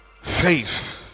faith